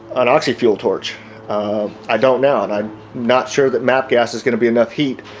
an oxy fuel torch i don't now, and i'm not sure that mapp gas is going to be enough heat